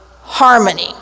harmony